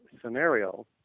scenario